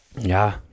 ja